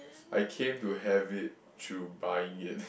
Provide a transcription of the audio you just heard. I came to have it through buying it